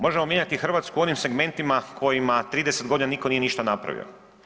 Možemo mijenjati Hrvatsku u onim segmentima u kojima 30.g. niko nije ništa napravio.